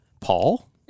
Paul